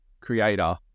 creator